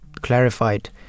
clarified